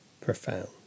profound